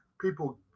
People